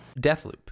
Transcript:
Deathloop